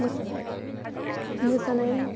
मोसानाय मोसानायाव